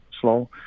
slow